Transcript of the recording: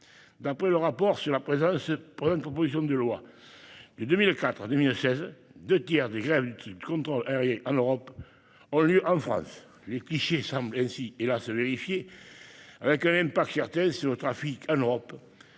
D'après le rapport sur la présente proposition de loi, entre 2004 et 2016, deux tiers des grèves du contrôle aérien en Europe ont eu lieu en France. Les clichés semblent ainsi, hélas, se vérifier, avec un impact certain sur le trafic en Europe,